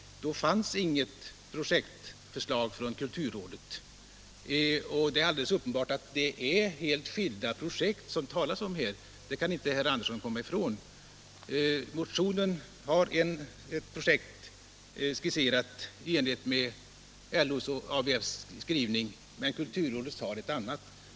Då fanns inget projektförslag från kulturrådet, och det är alldeles uppenbart att det talas om helt skilda projekt. Det kan inte herr Andersson i Lycksele komma ifrån. I motionen skisseras ett projekt i enlighet med LO:s och ABF:s skrivning medan kulturrådet föreslår ett annat projekt.